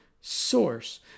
source